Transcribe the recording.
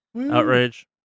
Outrage